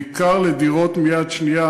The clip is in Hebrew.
בעיקר לדירות מיד שנייה,